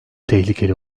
tehlikeli